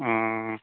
ᱚ